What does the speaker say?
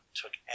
took